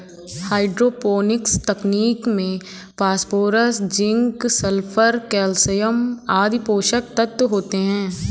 hydroponics तकनीक में phosphorus, zinc, sulphur, calcium आदि पोषक तत्व होते है